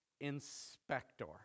inspector